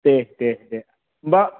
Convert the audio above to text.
दे दे दे होमबा